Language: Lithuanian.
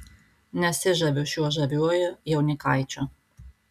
nesižaviu šiuo žaviuoju jaunikaičiu